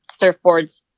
Surfboards